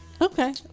Okay